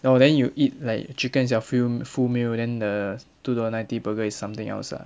orh then you eat like chicken is your full meal then the two dollar ninety burger is something else ah